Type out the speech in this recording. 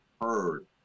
heard